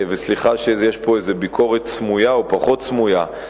סליחה שיש פה ביקורת סמויה או פחות סמויה,